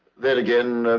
then again,